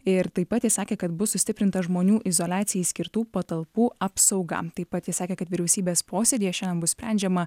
ir taip pat jis sakė kad bus sustiprintas žmonių izoliacijai skirtų patalpų apsauga taip pat jis sakė kad vyriausybės posėdyje šiandien bus sprendžiama